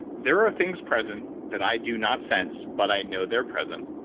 there are things present that i do not sense, but i know they're present.